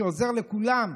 שעוזר לכולם,